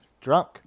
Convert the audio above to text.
Drunk